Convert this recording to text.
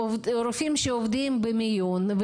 רופאים שעובדים במיון,